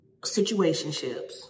Situationships